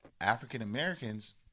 african-americans